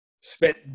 spent